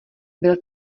byl